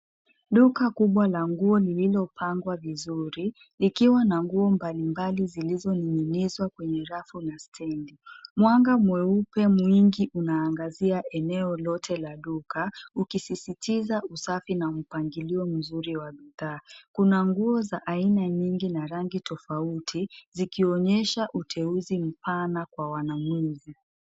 Duka kubwa la nguo lililopangwa vizuri likiwa na nguo mbalimbali zilizoning'inizwa kwenye rafu na stendi. Mwanga mweupe mwingi unaangazia eneo lote la duka ukisisitiza usafi na mpangilio mzuri wa bidhaa. Kuna nguo za aina nyingi na rangi tofauti zikionyesha uteuzi mpana kwa wanunuzi.